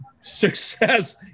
success